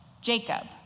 Jacob